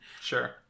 Sure